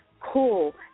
cool